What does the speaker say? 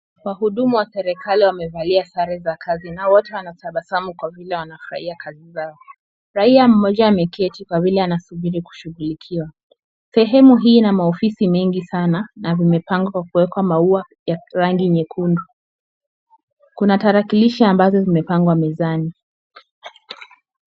Wahudumu wa serikali wamevalia sare za kazi na wote wanatabasamu kwa vile wanafurahia kazi zao. Raia mmoja ameketi kwa vile anasubiri kushugulikiwa. Sehemu hii ina maofisi mengi sana na zimepangwa kuwekwa maua ya rangi nyekundu. Kuna tarakilishi ambazo zimepangwa mezani.